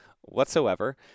whatsoever